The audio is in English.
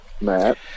Matt